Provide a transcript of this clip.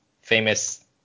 famous